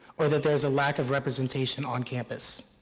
or that there's a lack of representation on campus.